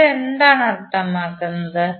ഇപ്പോൾ ഇത് എന്താണ് അർത്ഥമാക്കുന്നത്